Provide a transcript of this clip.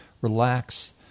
Relax